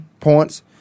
points